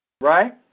right